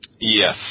Yes